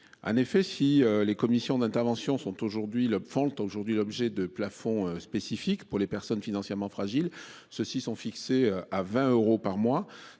En effet, si les commissions d'intervention sont aujourd'hui le font aujourd'hui l'objet de plafond spécifique pour les personnes financièrement fragiles. Ceux-ci sont fixés à 20 euros par mois